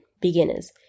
beginners